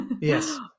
Yes